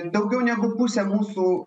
daugiau negu pusė mūsų